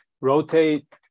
rotate